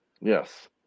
Yes